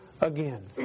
again